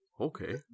Okay